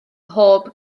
mhob